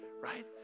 Right